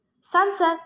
Sunset